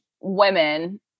women